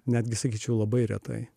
netgi sakyčiau labai retai